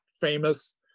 famous